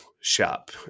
shop